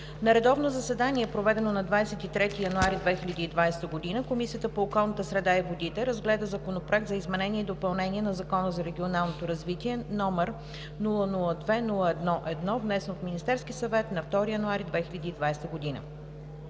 На редовно заседание, проведено на 23 януари 2020 г., Комисията по околната среда и водите разгледа Законопроект за изменение и допълнение на Закона за регионалното развитие, № 002-01-1, внесен от Министерския съвет на 2 януари 2020 г.